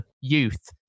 youth